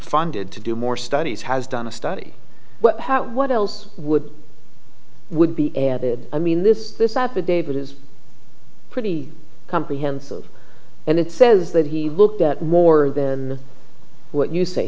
funded to do more studies has done a study but what else would would be added i mean this this up with david is pretty comprehensive and it says that he looked at more than what you say